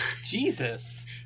Jesus